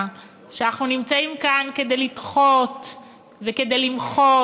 שאנחנו נמצאים כאן כדי לדחות וכדי למחות,